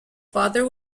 father